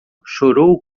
chorou